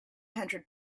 hundred